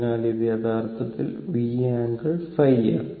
അതിനാൽ ഇത് യഥാർത്ഥത്തിൽ V ആംഗിൾ ϕ ആണ്